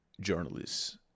journalists